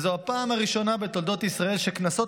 וזו הפעם הראשונה בתולדות ישראל שקנסות